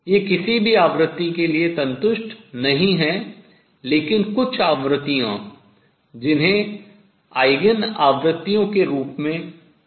ये किसी भी आवृत्ति के लिए संतुष्ट नहीं हैं लेकिन कुछ आवृत्तियां जिन्हें आयगेन आवृत्तियों के रूप में जाना जाता है